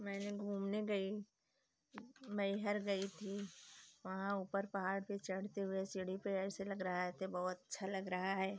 मैंने घूमने गई मैहर गई थी वहाँ ऊपर पहाड़ पर चढ़ते हुए सीढ़ी पर ऐसे लग रहे थे बहुत अच्छा लग रहा है